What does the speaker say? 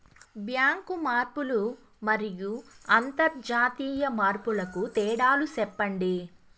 Bank మార్పులు మరియు అంతర్జాతీయ మార్పుల కు తేడాలు సెప్పండి?